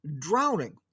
drowning